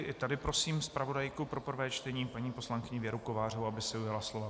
I tady prosím zpravodajku pro prvé čtení paní poslankyni Věru Kovářovou, aby se ujala slova.